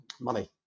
Money